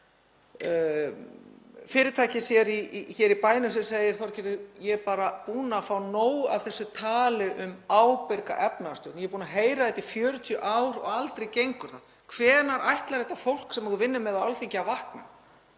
fyrirtækis hér í bænum sem segir: Þorgerður, ég er bara búinn að fá nóg af þessu tali um ábyrga efnahagsstjórn. Ég er búinn að heyra þetta í 40 ár og aldrei gengur það. Hvenær ætlar þetta fólk sem þú vinnur með á Alþingi að vakna?